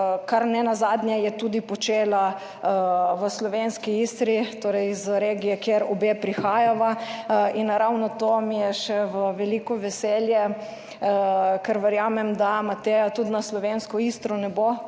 kar nenazadnje je tudi počela v slovenski Istri, torej iz regije, kjer obe prihajava. In ravno to mi je še v veliko veselje, ker verjamem, da Mateja tudi na Slovensko Istro ne bo pozabila